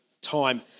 time